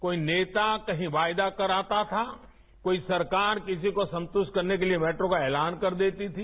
कोई नेता कहीं वायदा कराता था कोई सरकार किसी को संतुष्ट करने के लिए मेट्रो का ऐलान कर देती थी